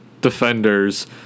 defenders